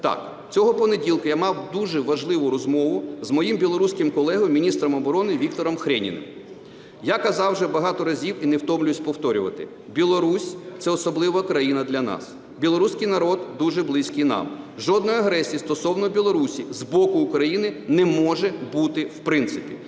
так, цього понеділка я мав дуже важливу розмову з моїм білоруським колегою міністром оборони Віктором Хреніним. Я казав вже багато разів і не втомлююсь повторювати: Білорусь – це особлива країна для нас, білоруський народ дуже близький нам. Жодної агресії стосовно Білорусі з боку України не може бути в принципі,